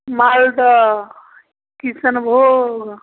Maldah Kishanbhog